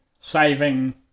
saving